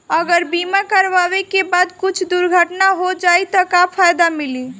अगर बीमा करावे के बाद कुछ दुर्घटना हो जाई त का फायदा मिली?